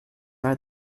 are